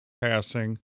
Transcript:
passing